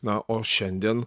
na o šiandien